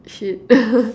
shit